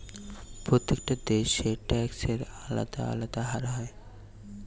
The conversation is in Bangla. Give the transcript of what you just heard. প্রত্যেকটা দেশে ট্যাক্সের আলদা আলদা হার হয়